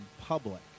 public